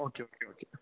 okay okay okay